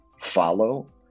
follow